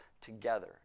together